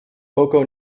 coco